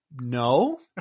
No